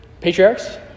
Patriarchs